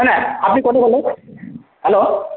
হয়নে আপুনি কোনে ক'লে হেল্ল'